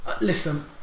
listen